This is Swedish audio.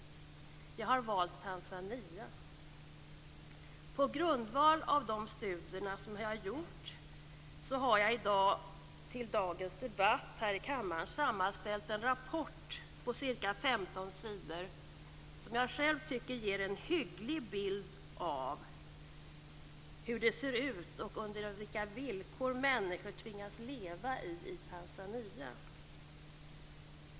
Jag har valt Tanzania. På grundval av de studier som jag gjort har jag till dagens debatt här i kammaren sammanställt en rapport på ca 15 sidor som jag själv tycker ger en hygglig bild av hur det ser ut och under vilka villkor människor i Tanzania tvingas leva.